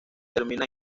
termina